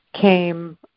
came